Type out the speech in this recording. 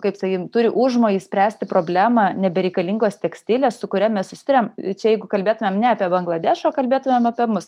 kaip sakykim turi užmojį spręsti problemą nebereikalingos tekstilės su kuria mes susiduriam čia jeigu kalbėtumėm ne apie bangladešą o kalbėtumėm apie mus